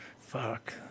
fuck